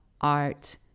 art